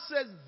says